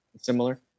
Similar